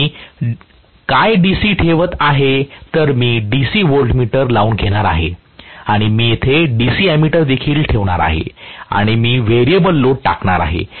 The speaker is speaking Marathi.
तर मी काय डीसी ठेवतआहे तर मी डीसी व्होल्टमीटर लावून घेणार आहे आणि येथे मी डीसी अँमेटर देखील ठेवणार आहे आणि मी व्हेरिएबल लोड टाकणार आहे